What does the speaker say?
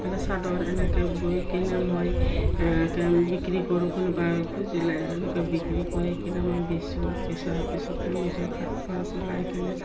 এইফালে চাদৰ এনেকৈ বুই কিনে মই এনেকৈ বিক্ৰী কৰোঁ কোনোবা খুজিলে এনেকৈ বিক্ৰী কৰি কিনে মই বেচোঁ বেচাৰ পিছত মই নিজৰ হাত খৰচ ওলাই কিনে